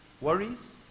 Worries